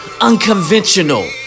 unconventional